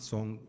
Song